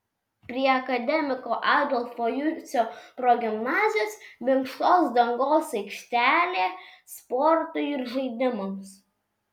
prie akademiko adolfo jucio progimnazijos minkštos dangos aikštelė sportui ir žaidimams